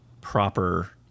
proper